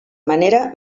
manera